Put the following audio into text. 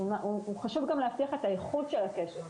אלא גם את האיכות של הקשר.